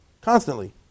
constantly